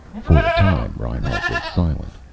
for a time reinhart was silent.